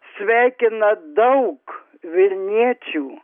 sveikina daug vilniečių